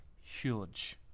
huge